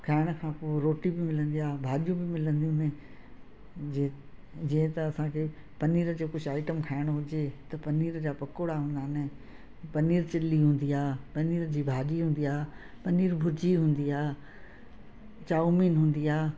खाइण खां पोइ रोटी बि मिलंदी आहे भाॼियूं बि मिलंदियूं आहिनि जे जीअं त असांखे पनीर जो कुझु आइटम खाइणो हुजे त पनीर जा पकौड़ा हूंदा आहिनि पनीर चिली हूंदी आहे पनीर जी भाॼी हूंदी आहे पनीर भुजी हूंदी आहे चाऊमीन हूंदी आहे